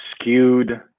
skewed